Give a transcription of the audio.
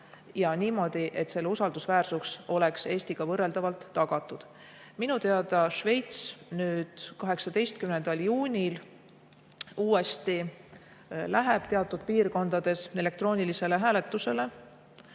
ja niimoodi, et selle usaldusväärsus oleks Eestiga võrreldavalt tagatud. Minu teada Šveits läheb 18. juunil uuesti teatud piirkondades üle elektroonilisele hääletusele.